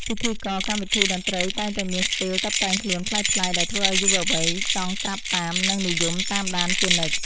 ពិធីករកម្មវិធីតន្ត្រីតែងតែមានស្ទីលតុបតែងខ្លួនប្លែកៗដែលធ្វើឱ្យយុវវ័យចង់ត្រាប់តាម និងនិយមតាមដានជានិច្ច។